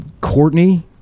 Courtney